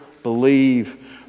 believe